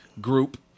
group